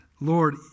Lord